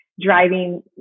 driving